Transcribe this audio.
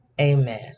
amen